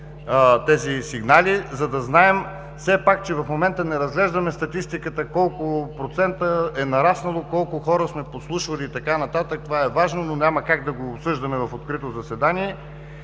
тези сигнали, за да знаем, че в момента не разглеждаме статистиката колко процента е нараснало, колко хора сме подслушвали и така нататък – това е важно, но няма как да го обсъждаме в открито заседание.